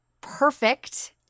perfect